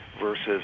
versus